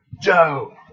Joe